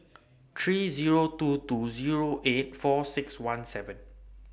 three Zero two two Zero eight four six one seven